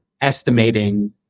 estimating